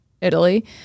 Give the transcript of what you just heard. Italy